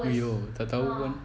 !aiyo! tak tahu pun